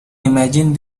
imagine